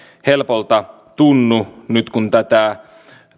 helpoilta tunnu nyt kun tätä